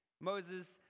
Moses